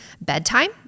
bedtime